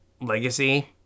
Legacy